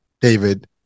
david